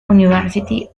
university